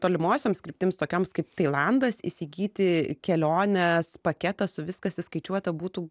tolimosioms kryptims tokioms kaip tailandas įsigyti kelionės paketą su viskas įskaičiuota būtų